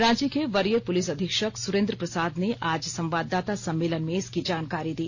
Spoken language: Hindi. रांची के वरीय पुलिस अधीक्षक सुरेंद्र प्रसाद ने आज संवाददाता सम्मेलन में इसकी जानकारी दी